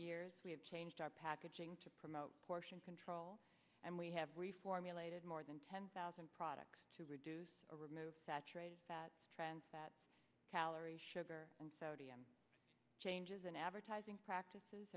years we have changed our packaging to promote portion control and we have reformulated more than ten thousand products to reduce or remove saturated fat trans fat calorie sugar and sodium changes in advertising practices